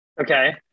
okay